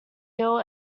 hill